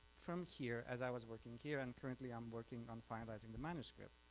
from here as i was working here and currently i'm working on finalizing the manuscript.